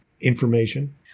information